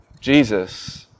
Jesus